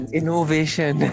innovation